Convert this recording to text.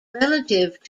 relative